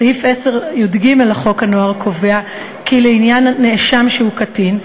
סעיף 10יג לחוק הנוער קובע כי לעניין נאשם שהוא קטין,